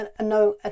no